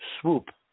swoop